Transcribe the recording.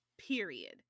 period